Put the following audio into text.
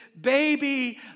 baby